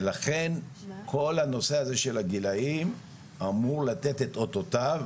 ולכן כל הנושא הזה של הגילאים אמור לתת את אותותיו,